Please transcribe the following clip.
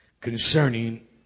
concerning